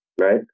right